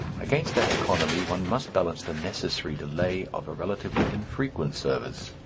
against that economy one must balance the necessary delay of a relatively infrequent service,